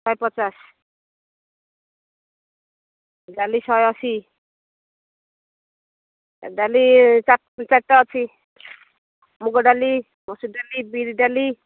ଶହେ ପଚାଶ ଡାଲି ଶହେ ଅଶୀ ଡାଲି ଚାର ଚାରି ଟା ଅଛି ମୁଗ ଡାଲି ମସୁର ଡାଲି ବିରି ଡାଲି